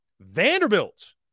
Vanderbilt